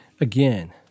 again